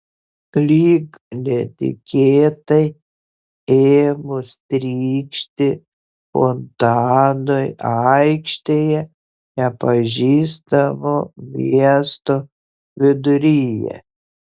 lyg netikėtai ėmus trykšti fontanui aikštėje nepažįstamo miesto viduryje